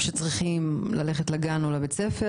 שצריכים ללכת לגן או לבית ספר.